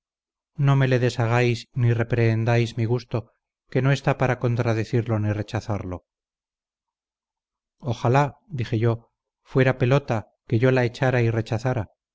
no me le deshagáis ni reprehendáis mi gusto que no está para contradecirlo ni rechazarlo ojalá dije yo fuera pelota que yo la echara y rechazara